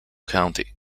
county